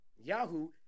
Yahoo